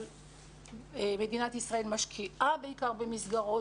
כך שמדינת ישראל משקיעה בעיקר במסגרות